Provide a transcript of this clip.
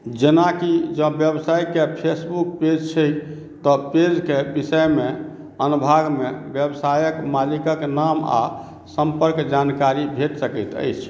जेनाकि जँ व्यवसायके फेसबुक पेज छैक तऽ पेजके विषयमे अनुभागमे व्यवसायक मालिकक नाम आ सम्पर्क जानकारी भेटि सकैत अछि